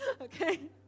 Okay